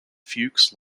fuchs